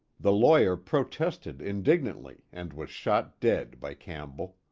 the lawyer protested indignantly and was shot dead by campbell.